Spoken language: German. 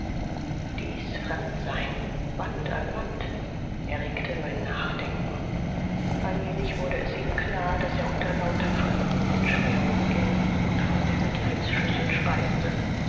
dies fremdsein wand an wand erregte sein nachdenken allmählich wurde es ihm klar daß er unter lauter fremden menschen herumging und von der mitleidsschüssel speiste